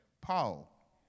Paul